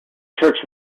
church